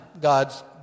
God's